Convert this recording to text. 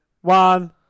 One